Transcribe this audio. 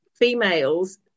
Females